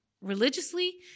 religiously